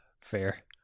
fair